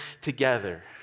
together